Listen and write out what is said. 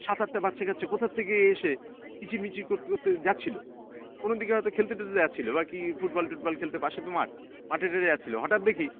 সাত আটটা বাচ্চা কাচ্ছে কোথার থেকে এসে কিচির মিচির করতে করতে যাচ্ছিলো কোনো দিকের হয়তো খেলতে দিতে যাচ্ছিলো বা কি ফুটবল টুটবল খেলতে পাশে তো মাঠ মাঠে টাটে যাচ্ছিলো হঠাৎ দেখি